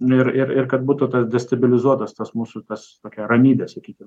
ir ir ir kad būtų ta destabilizuotas tas mūsų tas tokia ramybė sakykim